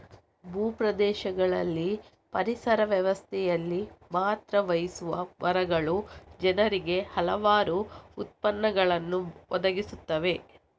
ಭೂ ಪ್ರದೇಶಗಳಲ್ಲಿ ಪರಿಸರ ವ್ಯವಸ್ಥೆಯಲ್ಲಿ ಪಾತ್ರ ವಹಿಸುವ ಮರಗಳು ಜನರಿಗೆ ಹಲವಾರು ಉತ್ಪನ್ನಗಳನ್ನು ಒದಗಿಸುತ್ತವೆ